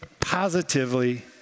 Positively